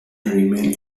remains